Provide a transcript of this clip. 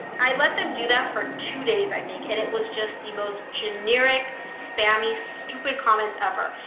i let them do that for two days, i think, and it was just the most generic, spammy, stupid comments ever.